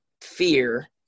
fear